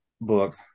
book